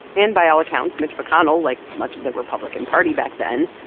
and by all accounts, mitch mcconnell, like much of the republican party back then,